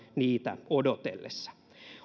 niitä odotellessa